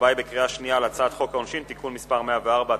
ההצבעה היא בקריאה שנייה על הצעת חוק העונשין (תיקון מס' 104),